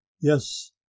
yes